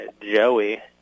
Joey